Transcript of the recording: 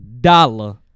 Dollar